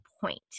point